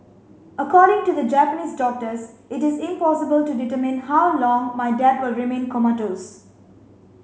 according to the Japanese doctors it is impossible to determine how long my dad will remain comatose